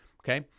Okay